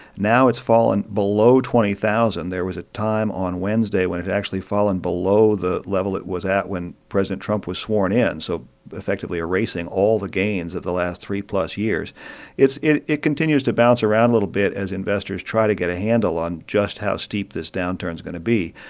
now it's fallen below twenty thousand. there was a time on wednesday when it had actually fallen below the level it was at when president trump was sworn in, so effectively erasing all the gains of the last three-plus years it it continues to bounce around a little bit as investors try to get a handle on just how steep this downturn is going to be.